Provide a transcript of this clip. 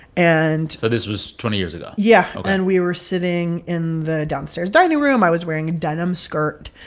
and. so this was twenty years ago yeah ok and we were sitting in the downstairs dining room. i was wearing a denim skirt.